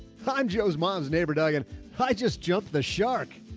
find joe's mom's neighbor, doug, and hi just jumped. the shark